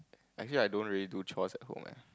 actually I don't really do chores at home eh